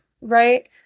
right